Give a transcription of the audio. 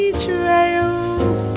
trails